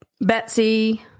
Betsy